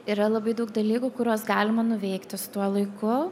yra labai daug dalykų kuriuos galima nuveikti su tuo laiku